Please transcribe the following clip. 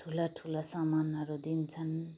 ठुला ठुला समनहरू दिन्छन्